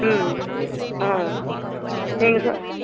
ம் ஆ நீங்கள் சொ